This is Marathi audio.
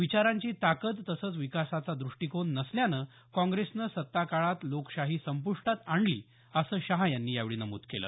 विचारांची ताकद तसंच विकासाचा दृष्टीकोन नसल्यानं काँग्रेसनं सत्ताकाळात लोकशाही संपृष्टात आणली असं शहा यांनी यावेळी नमूद केलं